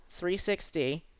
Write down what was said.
360